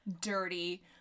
dirty